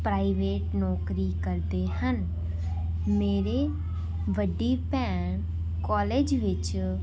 private ਨੌਕਰੀ ਕਰਦੇ ਹਨ ਮੇਰੇ ਵੱਡੀ ਭੈਣ ਕਾਲਜ ਵਿੱਚ